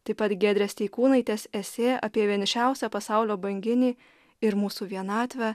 taip pat giedrės steikūnaitės esė apie vienišiausią pasaulio banginį ir mūsų vienatvę